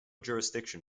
jurisdiction